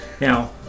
Now